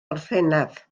orffennaf